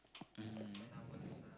mmhmm